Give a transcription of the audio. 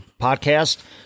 podcast